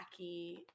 wacky